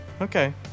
Okay